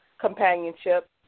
companionship